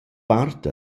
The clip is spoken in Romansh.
part